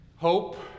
Hope